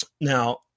Now